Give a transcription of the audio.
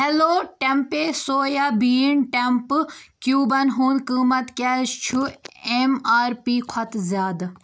hello tempeh soya bean tempeh کیوٗبن ہُنٛد قۭمَتھ کیٛازِ چھُ ایم آر پی کھۄتہٕ زیادٕ